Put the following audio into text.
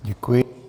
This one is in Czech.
Děkuji.